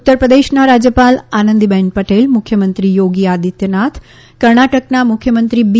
ઉત્તર પ્રદેશના રાજ્યપાલ આનંદીબેન પટેલ મુખ્યમંત્રી થોગી આદિત્યનાથ કર્ણાટકના મુખ્યમંત્રી બી